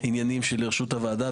העניינים שלרשות הוועדה,